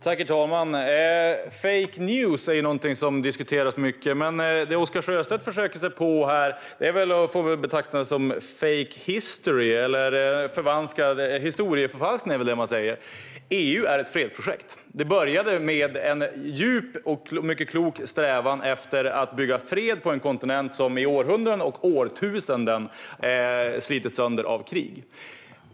Herr talman! Fake news är någonting som diskuteras mycket, men det Oscar Sjöstedt försöker sig på får väl betraktas som fake history - eller historieförfalskning, säger man väl. EU är ett fredsprojekt. Det började med en djup och mycket klok strävan att bygga fred på en kontinent som i århundraden och årtusenden slitits sönder av krig.